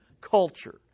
culture